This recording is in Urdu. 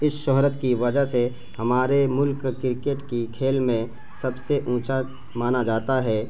اس شہرت کی وجہ سے ہمارے ملک کرکٹ کی کھیل میں سب سے اونچا مانا جاتا ہے